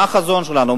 מה החזון שלנו,